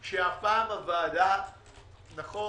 נכון,